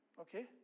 okay